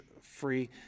free